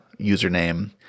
username